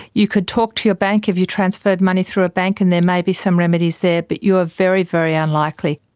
you could talk to your bank if you transferred money through a bank and there may be some remedies there, but you are very, very unlikely.